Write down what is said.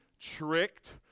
tricked